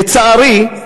לצערי,